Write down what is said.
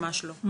ממש לא.